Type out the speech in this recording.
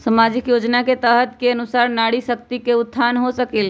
सामाजिक योजना के तहत के अनुशार नारी शकति का उत्थान हो सकील?